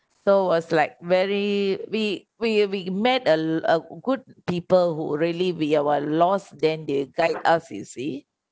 so was like very we we we met a good people who really we are while lost then they guide us you see